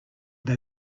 they